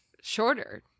shorter